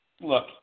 look